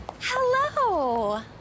Hello